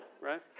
Right